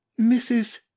mrs